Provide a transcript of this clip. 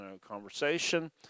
conversation